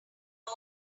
all